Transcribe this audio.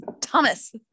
thomas